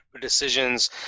decisions